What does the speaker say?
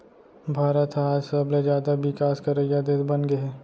भारत ह आज सबले जाता बिकास करइया देस बनगे हे